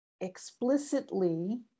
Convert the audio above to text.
explicitly